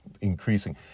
increasing